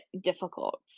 difficult